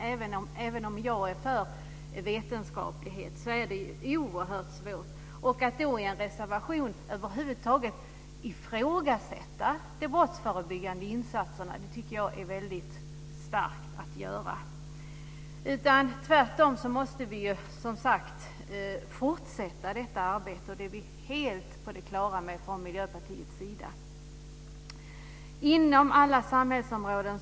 Även om jag är för vetenskaplighet är det oerhört svårt. Att då i en reservation över huvud taget ifrågasätta de brottsförebyggande insatserna tycker jag är väldigt starkt. Vi måste tvärtom fortsätta detta arbete. Det är vi i Miljöpartiet helt på det klara med. Som jag sade är det viktigt inom alla samhällsområden.